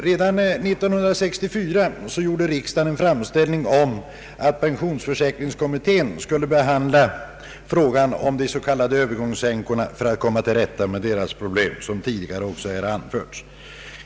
Redan 1964 gjorde riksdagen en framställning om att pensionsförsäkringskommittén skulle behandla frågan om de s.k. övergångsänkorna för att komma till rätta med deras problem — det har ju också nämnts här tidigare.